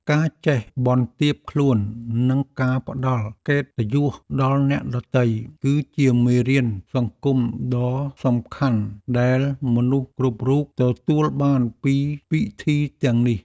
ការចេះបន្ទាបខ្លួន និងការផ្តល់កិត្តិយសដល់អ្នកដទៃ គឺជាមេរៀនសង្គមដ៏សំខាន់ដែលមនុស្សគ្រប់រូបទទួលបានពីពិធីទាំងនេះ។